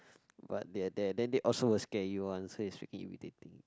what they're there then they also will scare you one so it's freaking irritating